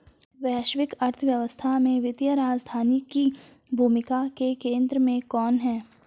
वैश्विक अर्थव्यवस्था में वित्तीय राजधानी की भूमिका के केंद्र में कौन है?